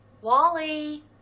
Wally